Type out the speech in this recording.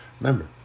Remember